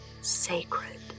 sacred